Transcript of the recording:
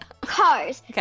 cars